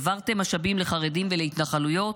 העברתם משאבים לחרדים ולהתנחלויות,